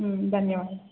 ధన్యవాదాలు